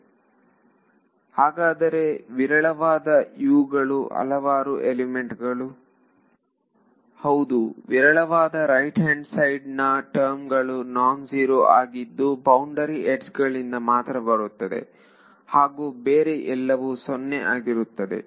ವಿದ್ಯಾರ್ಥಿ ಹಾಗಾದರೆ ವಿರಳವಾದ Uಗಳು ಹಲವಾರು ಎಲಿಮೆಂಟ್ಗಳು ಹೌದು ವಿರಳವಾದ ರೈಟ್ ಹ್ಯಾಂಡ್ ಸೈಡಿನ ಟರ್ಮ್ಗಳು ನಾನ್ ಜೀರೋ ಆಗಿದ್ದು ಬೌಂಡರಿ ಯಡ್ಜ್ಗಳಿಂದ ಮಾತ್ರ ಬರುತ್ತದೆ ಹಾಗೂ ಬೇರೆ ಎಲ್ಲವೂ 0 ಆಗುತ್ತದೆ